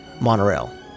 monorail